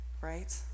right